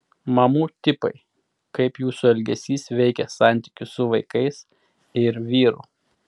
mamų tipai kaip jūsų elgesys veikia santykius su vaikais ir vyru